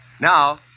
Now